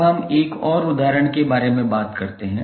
अब हम एक और उदाहरण के बारे में बात करते हैं